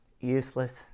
useless